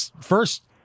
first